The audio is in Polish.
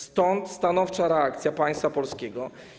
Stąd stanowcza reakcja państwa polskiego.